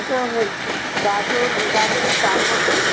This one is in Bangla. আচ্ছা ওই গাজর গাজরের দাম কত